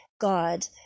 God